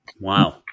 Wow